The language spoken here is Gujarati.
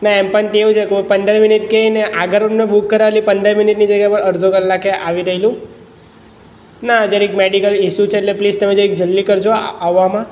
ના એમ પણ તેવું છે કે હું પંદર મિનિટ કઈને આગળનું બુક કરાવેલી એટલે પંદર મિનિટની જગ્યાએ પર અડધો કલાકે આવે છે એ લોકોનાં જરીક મેડિકલ ઇસુ છે એટલે પ્લીસ તમે જરીક જલ્દી કરજો આવામાં